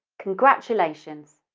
congratulations!